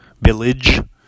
Village